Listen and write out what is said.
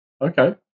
Okay